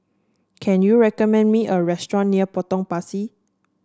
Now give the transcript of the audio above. can you recommend me a restaurant near Potong Pasir